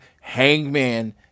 Hangman